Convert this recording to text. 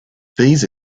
these